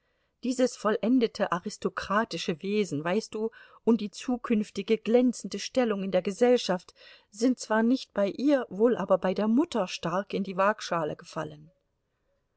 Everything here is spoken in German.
dieses vollendete aristokratische wesen weißt du und die zukünftige glänzende stellung in der gesellschaft sind zwar nicht bei ihr wohl aber bei der mutter stark in die waagschale gefallen